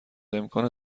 امکان